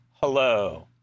hello